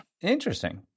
Interesting